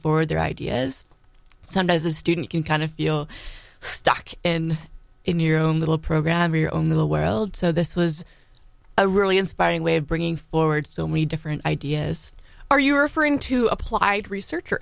forward their ideas sometimes a student can kind of feel stuck in in your own little program or your own little world so this was a really inspiring way of bringing forward so many different ideas are you referring to applied research